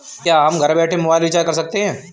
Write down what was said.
क्या हम घर बैठे मोबाइल रिचार्ज कर सकते हैं?